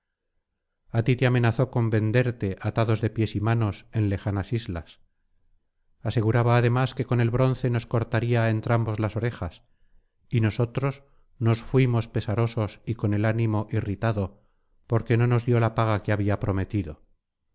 a ti te amenazó con venderte atado de pies y manos en lejanas islas aseguraba además que con el bronce nos cortaría á entrambos las orejas y nosotros nos fuimos pesarosos y con el ánimo irritado porque no nos dio la paga que había prometido